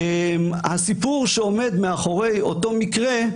הסיפור שעומד מאחורי אותו מקרה,